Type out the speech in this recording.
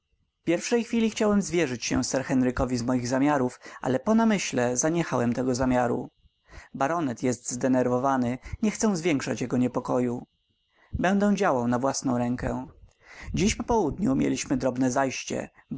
pierwszej chwili chciałem zwierzyć się sir henrykowi z moich zamiarów ale po namyśle zaniechałem tego zamiaru baronet jest zdenerwowany nie chcę zwiększać jego niepokoju będę działał na własną rękę dziś popołudniu mieliśmy drobne zajście